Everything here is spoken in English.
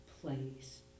place